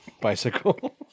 bicycle